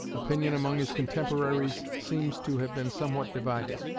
opinion among his contemporaries seems to have been somewhat divided.